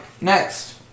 next